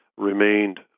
remained